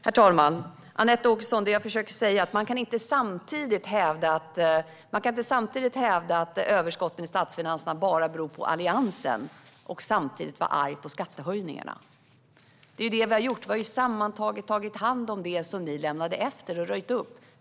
Herr talman! Det jag försöker att säga till Anette Åkesson är att man inte kan hävda att överskotten i statsfinanserna bara beror på Alliansen och samtidigt vara arg på skattehöjningarna. Det är ju detta vi har gjort - vi har tagit hand om, och röjt upp i, det som ni lämnade efter er.